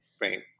right